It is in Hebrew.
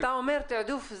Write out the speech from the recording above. אתה אומר תעדוף,